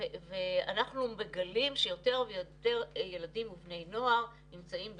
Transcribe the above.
ואנחנו מגלים שיותר ויותר ילדים ובני נוער נמצאים במצוקות.